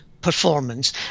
performance